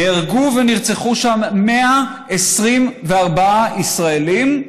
נהרגו ונרצחו שם 124 ישראלים,